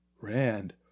Rand